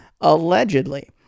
allegedly